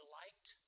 liked